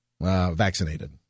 Vaccinated